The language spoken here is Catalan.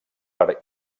per